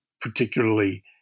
particularly